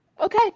Okay